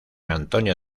antonio